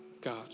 God